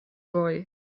boy